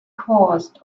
caused